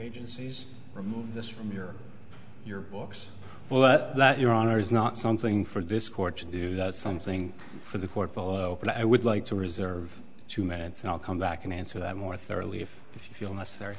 agencies remove this from your your books but that your honor is not something for this court to do that's something for the court but i would like to reserve two minutes and i'll come back and answer that more thoroughly if if you feel necessary